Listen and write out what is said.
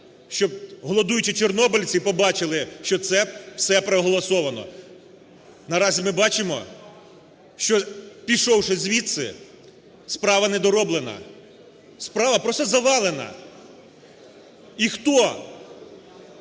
щоб голодуючі чорнобильці побачили, що це все проголосовано. Наразі ми бачимо, що пішовши звідси, справа недороблена, справа просто завалена. І хто…